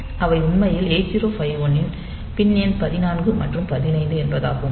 அவை உண்மையில் 8051 இன் பின் எண் 14 மற்றும் 15 என்பதாகும்